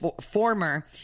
former